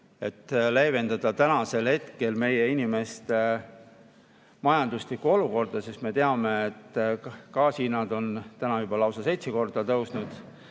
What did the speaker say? et leevendada tänasel hetkel meie inimeste majanduslikku olukorda. Me teame, et gaasi hind on täna juba lausa seitse korda tõusnud